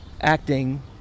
acting